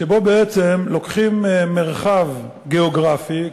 שבו בעצם לוקחים מרחב גיאוגרפי,